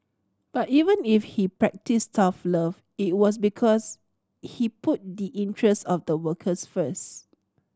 but even if he practised tough love it was because he put the interest of the workers first